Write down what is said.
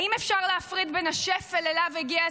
האם אפשר להפריד בין השפל שאליו הגיעה